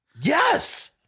Yes